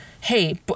hey